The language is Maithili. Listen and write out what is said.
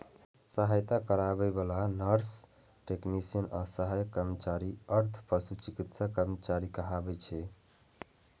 सहायता करै बला नर्स, टेक्नेशियन आ सहायक कर्मचारी अर्ध पशु चिकित्सा कर्मचारी कहाबै छै